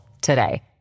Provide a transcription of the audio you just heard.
today